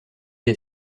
est